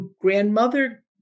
grandmother